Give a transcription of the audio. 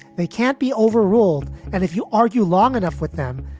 they can't be overruled. and if you argue long enough with them,